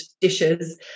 dishes